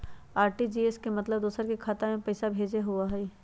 RTGS के मतलब दूसरे के खाता में पईसा भेजे होअ हई?